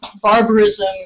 barbarism